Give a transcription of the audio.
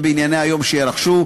ובעיקר לאלעזר שטרן,